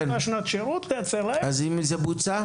שנקראים "שנת שירות" --- האם זה בוצע?